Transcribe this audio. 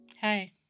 Hi